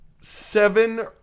seven